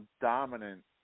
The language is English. dominant